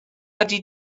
ydy